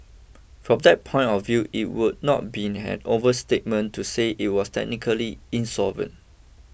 from that point of view it would not be an overstatement to say it was technically insolvent